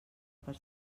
per